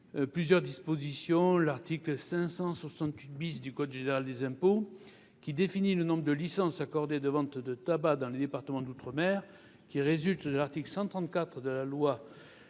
plusieurs années : l'article 568 du code général des impôts qui définit le nombre de licences de vente du tabac accordées dans les départements d'outre-mer, qui résulte de l'article 134 de la loi